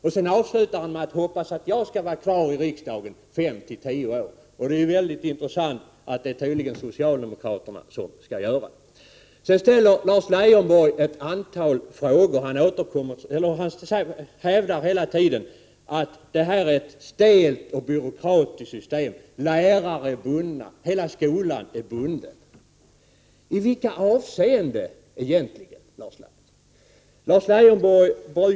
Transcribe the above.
Därefter avslutar Hagård med att hoppas att jag skall vara kvar i riksdagen fem till tio år till. Det är mycket intressant att det är tydligen socialdemokraterna som skall vara kvar. Lars Leijonborg ställer ett antal frågor och hävdar hela tiden att det här är ett stelt och byråkratiskt system. Lärare är bundna och hela skolan är bunden. I vilka avseenden, Lars Leijonborg?